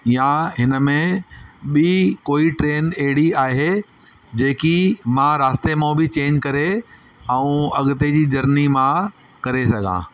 या हिन में बि कोई ट्रेन अहिड़ी आहे जेकी मां रास्ते मां बि चैंज करे ऐं अॻिते जी जर्नी मां करे सघां